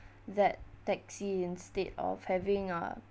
that taxi instead of having a